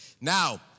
Now